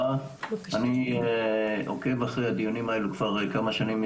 אני עוקב אחרי הדיונים האלה כבר כמה שנים,